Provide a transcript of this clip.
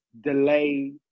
delay